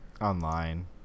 online